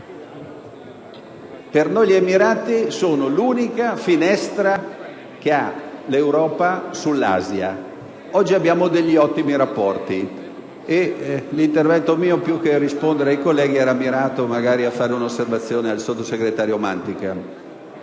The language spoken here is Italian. Gli Emirati sono l'unica finestra dell'Europa sull'Asia. Oggi abbiamo degli ottimi rapporti e il mio intervento, più che rispondere ai colleghi, era mirato a proporre un'osservazione al sottosegretario Mantica.